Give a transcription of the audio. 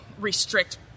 restrict